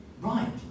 right